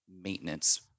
maintenance